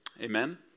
Amen